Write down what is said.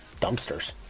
dumpsters